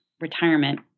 retirement